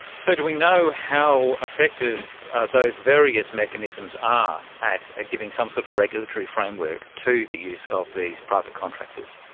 so do we know how effective those various mechanisms are at ah giving some sort of regulatory framework to the use of these private contractors?